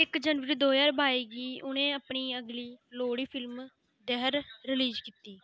इक जनवरी दो ज्हार बाईं गी उ'नें अपनी अगली लौह्ड़ी फिल्म दहर रिलीज कीती